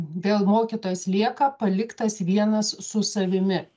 vėl mokytojas lieka paliktas vienas su savimi